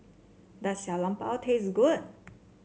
does Xiao Long Bao taste good